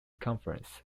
conference